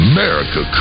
America